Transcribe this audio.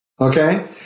okay